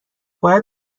باید